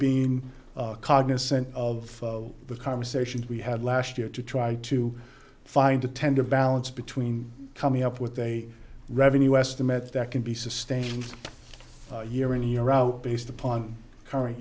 being cognizant of the conversation we had last year to try to find a tender balance between coming up with a revenue estimate that can be sustained year in year out based upon current